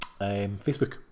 Facebook